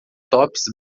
tops